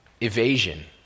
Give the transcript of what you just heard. evasion